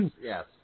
yes